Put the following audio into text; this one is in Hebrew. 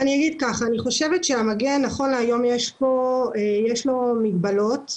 נכון להיום, יש למגן מגבלות,